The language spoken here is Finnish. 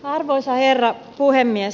arvoisa herra puhemies